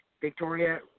Victoria –